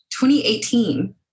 2018